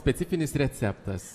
specifinis receptas